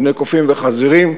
בני קופים וחזירים,